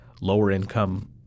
lower-income